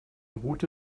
route